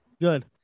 Good